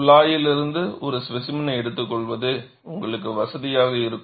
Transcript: குழாயிலிருந்து ஒரு ஸ்பேசிமெனை எடுத்துக்கொள்வது உங்களுக்கு வசதியாக இருக்கும்